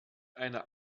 eine